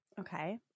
Okay